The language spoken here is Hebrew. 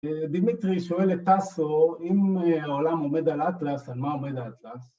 ‫דמיטרי שואל את עסו, ‫אם העולם עומד על אטלס ‫על מה עומד אטלס?